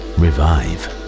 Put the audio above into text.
revive